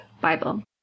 Bible